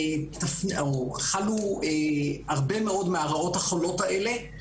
חלו הרבה מאוד מהרעות החולות האלה,